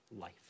life